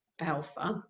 alpha